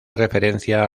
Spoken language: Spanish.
referencia